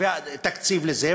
ותקציב לזה,